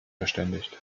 verständigt